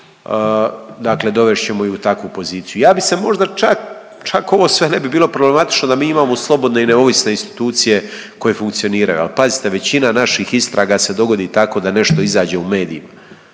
Dakle, dovest ćemo ih u takvu poziciju. Ja bih se možda čak ovo sve ne bi bilo problematično da mi imamo slobodne i neovisne institucije koje funkcioniraju. Ali pazite većina naših istraga se dogodi tako da nešto izađe u medijima.